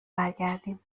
برگردیم